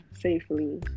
safely